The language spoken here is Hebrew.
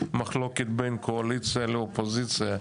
צריך לקרות בשנים הראשונות של הקדנציה שלך.